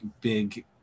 big